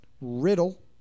Riddle